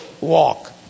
walk